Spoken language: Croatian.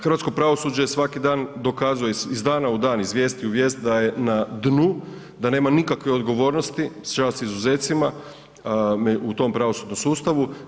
Hrvatsko pravosuđe svaki dan dokazuje iz dana u dan, iz vijesti u vijest da je na dnu, da nema nikakve odgovornosti, čast izuzecima, u tom pravosudnom sustavu.